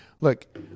look